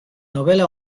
novela